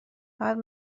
باید